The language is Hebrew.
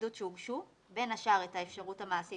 ההתנגדות שהוגשו בין השאר את האפשרות המעשית